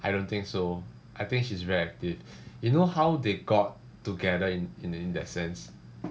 I don't think so I think she's very active you know how they got together in in the in that sense